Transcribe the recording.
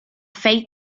fate